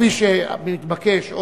כפי שמתבקש,